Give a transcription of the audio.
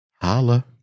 holla